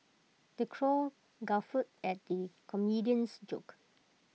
the crowd guffawed at the comedian's jokes